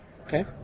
Okay